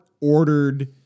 ordered